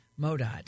Modot